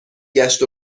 گشت